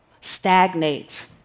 stagnate